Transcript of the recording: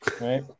right